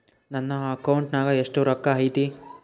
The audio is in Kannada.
ನನ್ನ ಅಕೌಂಟ್ ನಾಗ ಎಷ್ಟು ರೊಕ್ಕ ಐತಿ?